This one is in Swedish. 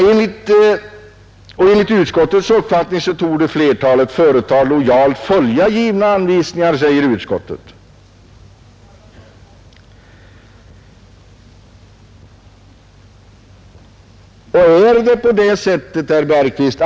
Enligt utskottets uppfattning torde flertalet företag lojalt följa givna anvisningar, säger utskottet.